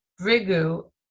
Brigu